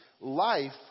life